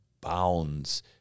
bounds